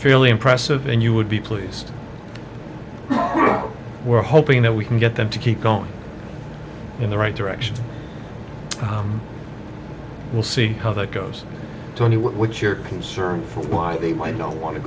fairly impressive and you would be pleased we're hoping that we can get them to keep going in the right direction we'll see how that goes tony what's your concern for why they might not want to